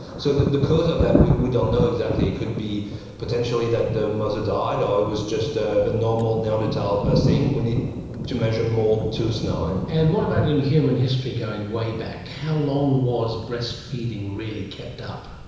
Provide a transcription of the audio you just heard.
so the the cause of that we we don't know exactly. it could be potentially that the mother died, or it was just a normal neanderthal ah thing. we need to measure more teeth now. and and what about in human history, going way back? how long was breastfeeding really kept up?